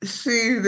see